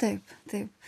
taip taip